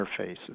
interfaces